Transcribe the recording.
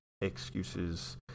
excuses